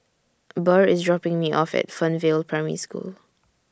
Burr IS dropping Me off At Fernvale Primary School